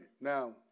Now